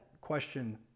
question